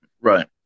Right